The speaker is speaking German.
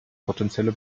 potenzielle